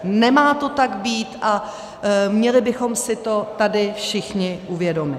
Nemá to tak být a měli bychom si to tady všichni uvědomit.